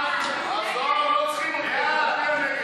שפרסומו מהווה עבירה מרשת האינטרנט,